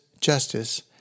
justice